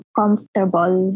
comfortable